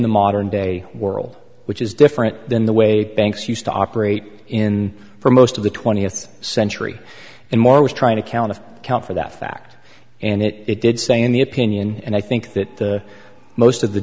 the modern day world which is different than the way banks used to operate in for most of the twentieth century and more was trying to count to count for that fact and it it did say in the opinion and i think that the most of the